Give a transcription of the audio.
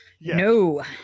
No